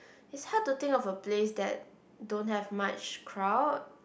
is hard to think of a place that don't have much crowd